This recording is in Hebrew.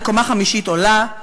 לקומה חמישית עולה,